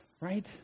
right